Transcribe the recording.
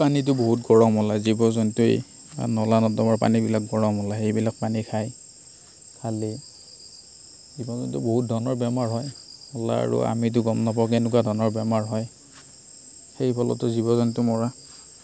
পানীটো বহুত গৰম হ'লে জীৱ জন্তুৱেই নলা নৰ্দমাৰ পানীগিলাক গৰম হ'লে সেইবিলাক পানী খায় খালি জীৱ জন্তুৰ বহুত ধৰণৰ বেমাৰ হয় হ'লে আৰু আমিটো গম নাপাওঁ কেনেকুৱা ধৰণৰ বেমাৰ হয় সেই ফলতো জীৱ জন্তু মৰে